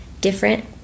different